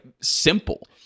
simple